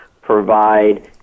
provide